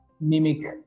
mimic